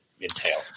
entail